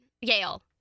Yale